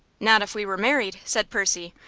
not if we were married, said percy,